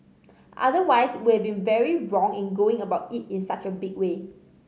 otherwise we have been very wrong in going about it in such a big way